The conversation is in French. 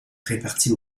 réparties